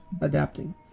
adapting